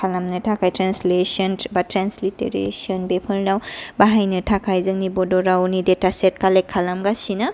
खालामनो थाखाय ट्रेन्सलेसन बा ट्रेन्सलिटिरेसन बेफोरनाव बाहायनो थाखाय जोंनि बड' रावनि डेटा चेट कालेक्ट खालामगासिनो